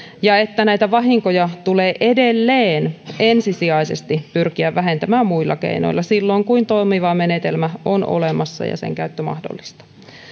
ja että näitä vahinkoja tulee edelleen ensisijaisesti pyrkiä vähentämään muilla keinoilla silloin kun toimiva menetelmä on olemassa ja sen käyttö mahdollista